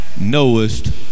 knowest